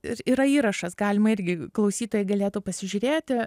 ir yra įrašas galima irgi klausytojai galėtų pasižiūrėti